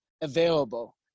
available